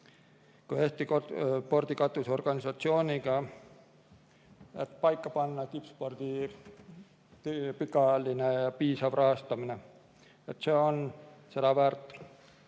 kui Eesti spordi katusorganisatsiooniga, et paika panna tippspordi pikaajaline piisav rahastamine. See on seda väärt.